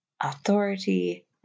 authority